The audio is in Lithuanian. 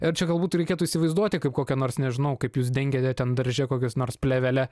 ir čia galbūt reikėtų įsivaizduoti kaip kokią nors nežinau kaip jūs dengiate ten darže kokius nors plėvele